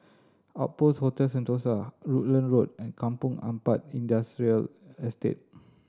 Outpost Hotel Sentosa Rutland Road and Kampong Ampat Industrial Estate